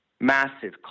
Massive